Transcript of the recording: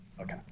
Okay